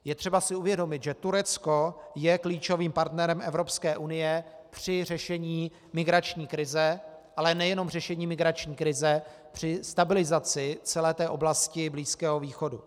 Je třeba si uvědomit, že Turecko je klíčovým partnerem Evropské unie při řešení migrační krize, ale nejenom řešení migrační krize, při stabilizaci celé oblasti Blízkého východu.